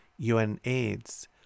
UNAIDS